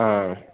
ആ